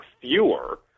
fewer